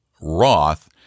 Roth